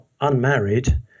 unmarried